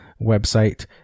website